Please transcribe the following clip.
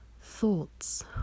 thoughts